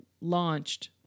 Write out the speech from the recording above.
launched